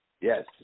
Yes